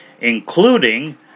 including